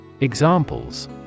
Examples